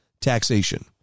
taxation